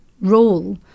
role